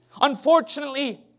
Unfortunately